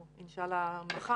או אינשאללה מחר,